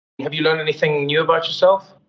have you learned anything new about yourself?